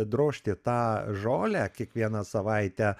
drožti tą žolę kiekvieną savaitę